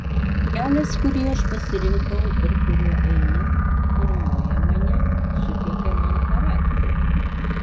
kelias kurį aš pasirinkau ir kuriuo einu formuoja mane suteikia man charakterį